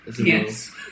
Yes